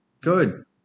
Good